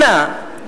אנא,